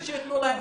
זו שכונה קשה כאן.